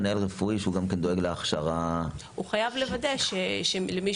מנהל רפואי שגם דואג להכשרה --- הוא חייב לוודא שלמי